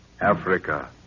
Africa